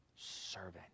servant